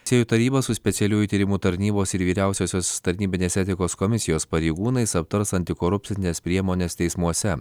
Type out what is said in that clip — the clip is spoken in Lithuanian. teisėjų taryba su specialiųjų tyrimų tarnybos ir vyriausiosios tarnybinės etikos komisijos pareigūnais aptars antikorupcines priemones teismuose